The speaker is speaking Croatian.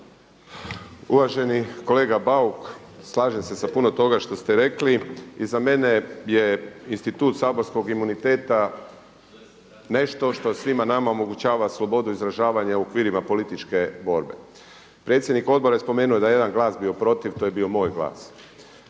Uvaženi kolega Bauk, slažem se sa puno toga što ste rekli. I za mene je institut saborskog imuniteta nešto što svima nama omogućava slobodu izražavanja u okvirima političke borbe. Predsjednik odbora je spomenuo da je jedan glas bio protiv, to je bio moj glas.